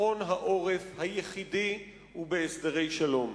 ביטחון העורף היחידי הוא בהסדרי שלום.